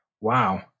wow